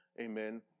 Amen